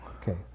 Okay